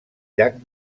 llac